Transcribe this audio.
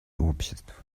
обществ